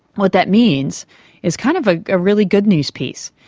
what that means is kind of a ah really good news piece,